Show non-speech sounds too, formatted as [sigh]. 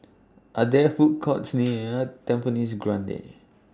Are There Food Courts near [noise] Tampines Grande